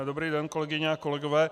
Dobrý den, kolegyně a kolegové.